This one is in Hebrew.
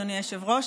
אדוני היושב-ראש,